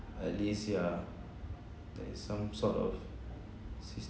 at least ya there is some sort of